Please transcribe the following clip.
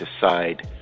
decide